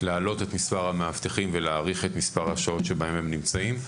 להעלות את מספר המאבטחים ולהאריך את מספר השעות שבהן הם נמצאים.